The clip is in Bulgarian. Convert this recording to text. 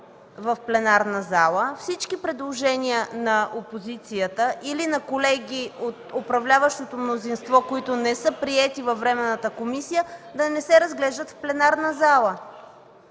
в пленарната зала, а всички предложения на опозицията или на колеги от управляващото мнозинство, които не са приети във Временната комисия, да не се разглеждат в пленарната зала.